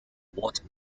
water